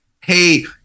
hey